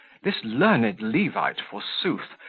this learned levite, forsooth,